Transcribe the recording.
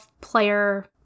player